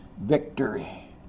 victory